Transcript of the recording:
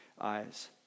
eyes